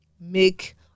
make